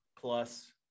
plus